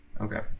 Okay